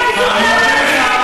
מה תרמה לאנושות?